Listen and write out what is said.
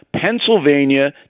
Pennsylvania